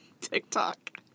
TikTok